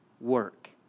work